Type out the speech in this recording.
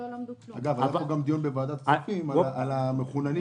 היה פה גם דיון בוועדת כספים על הפערים במקום של המחוננים